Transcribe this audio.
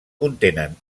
contenen